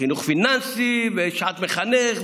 חינוך פיננסי, שעת מחנך.